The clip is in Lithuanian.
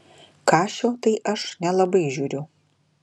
kašio tai aš nelabai žiūriu